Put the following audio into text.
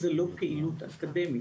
זו לא פעילות אקדמית,